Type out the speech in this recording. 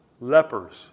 Lepers